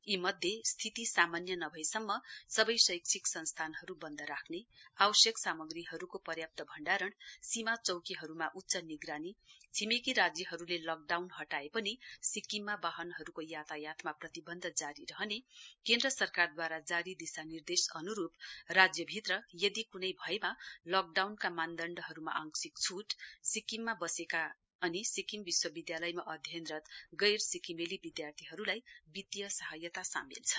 यीमध्ये स्थिति सामान्य नभएसम्म सबै शैक्षिक संस्थानहरू बन्द राख्ने आवश्यक सामग्रीहरूको पर्याप्त भण्डारण सीमा चौकीहरूमा उच्च निगरानी छिमेकी राज्यहरूले लकडाउन हटाए पनि सिक्किममा वाहनहरूको यातायातमा प्रतिवन्ध जारी रहने केन्द्र सरकारद्वारा जारी दिशानिर्देश अनुरूप राज्यभित्र लकडाउनका मानदण्डहरूमा आंशिक छूट सिक्किममा वसेका अनि सिक्किम विश्वविद्यालयमा अध्ययनरन्त गैर सिक्किमेली विद्यार्थीहरूलाई वित्तीय सहायता सामेल छन्